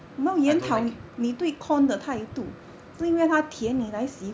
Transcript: I don't like it